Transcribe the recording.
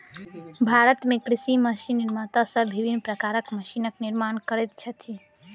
भारत मे कृषि मशीन निर्माता सब विभिन्न प्रकारक मशीनक निर्माण करैत छथि